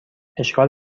اشکال